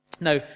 Now